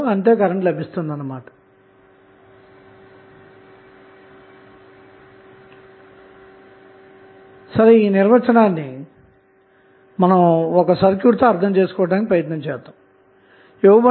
ఎందుకంటే Thevenin equivalent అన్నది ఒకసరళసర్క్యూట్ లోడ్ కి బదిలీ చేసిన గరిష్ట పవర్ ను కనుగొనడం లో చాలా ఉపయోగపడుతుంది